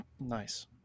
nice